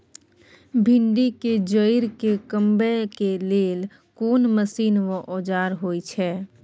भिंडी के जईर के कमबै के लेल कोन मसीन व औजार होय छै?